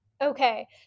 Okay